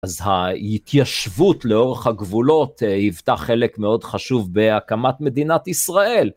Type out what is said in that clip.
אז ההתיישבות לאורך הגבולות היוותה חלק מאוד חשוב בהקמת מדינת ישראל.